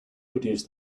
produce